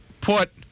put